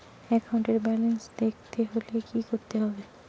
একাউন্টের ব্যালান্স দেখতে হলে কি করতে হবে?